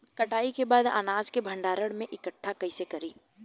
कटाई के बाद अनाज के भंडारण में इकठ्ठा कइसे करी?